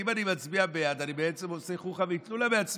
כי אם אני מצביע בעד אני בעצם עושה חוכא ואטלולא מעצמי.